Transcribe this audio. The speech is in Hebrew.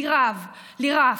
לירף,